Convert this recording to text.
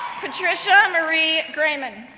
patricia marie grahmann,